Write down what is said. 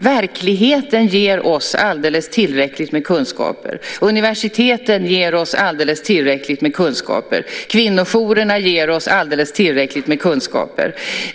Verkligheten ger oss alldeles tillräckligt med kunskaper. Universiteten ger oss alldeles tillräckligt med kunskaper. Kvinnojourerna ger oss alldeles tillräckligt med kunskaper.